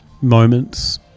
moments